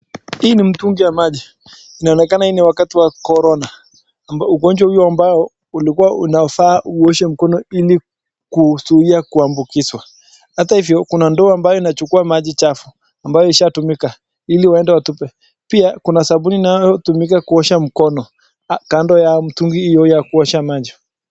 Hii ni mtungi ya maji. Inaonekana hii ni wakati wa (Corona). Ugonjwa huo ambao ulikuwa unafaa uoshe mkono ili kuzuia kuambukizwa. Ata hivyo kuna ndoo ambayo inachukua maji chafu, ambayo ishatumika ili waede watupe. Pia kuna sabuni nayo utumika kuosha mkono, kando ya mtungi hio ya kuosha maji.